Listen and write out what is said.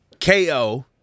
KO